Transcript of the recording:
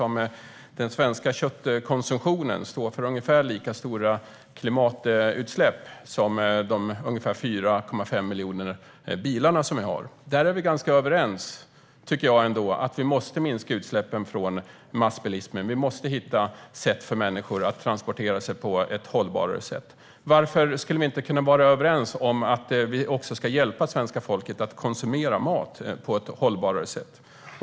Den svenska köttkonsumtionen står för ungefär lika stora klimatutsläpp som de ungefär 4,5 miljoner bilar som vi har. Där tycker jag att vi ändå är ganska överens. Vi måste minska utsläppen från massbilismen. Vi måste hitta sätt för människor att transportera sig på ett hållbarare sätt. Varför skulle vi inte kunna vara överens om att också hjälpa svenska folket att konsumera mat på ett hållbarare sätt?